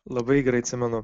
labai gerai atsimenu